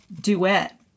duet